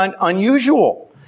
unusual